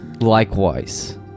Likewise